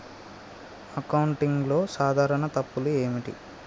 అకౌంటింగ్లో సాధారణ తప్పులు ఏమిటి?